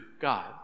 God